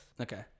Okay